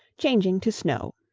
changing to snow.